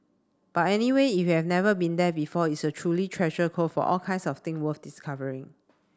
but anyway if you have never been there before it's a truly treasure trove of all kinds of thing worth discovering